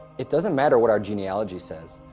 it doesn't matter what our genealogy says.